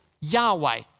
Yahweh